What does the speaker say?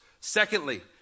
Secondly